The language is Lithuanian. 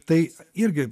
tai irgi